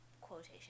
Quotation